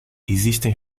existem